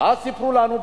ואז סיפרו לנו: